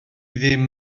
ddim